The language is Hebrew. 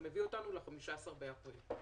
זה מביא אותנו ל-15 באפריל.